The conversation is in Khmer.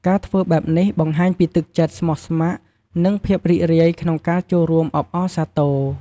ការធ្វើបែបនេះបង្ហាញពីទឹកចិត្តស្មោះស្ម័គ្រ និងភាពរីករាយក្នុងការចូលរួមអបអរសាទរ។